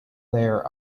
there